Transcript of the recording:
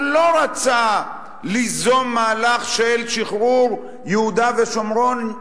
הוא לא רצה ליזום מהלך של שחרור יהודה ושומרון,